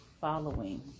following